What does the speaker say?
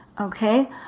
Okay